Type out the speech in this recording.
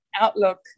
outlook